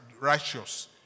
righteous